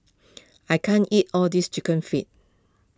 I can't eat all this Chicken Feet